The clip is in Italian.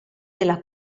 della